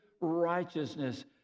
righteousness